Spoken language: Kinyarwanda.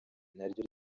naryo